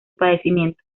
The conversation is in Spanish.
padecimiento